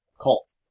cult